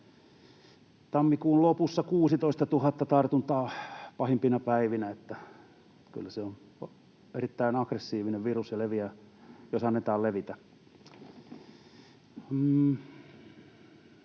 tammikuun lopussa 16 000 tartuntaa pahimpina päivinä, niin että kyllä se on erittäin aggressiivinen virus ja leviää, jos sen annetaan levitä.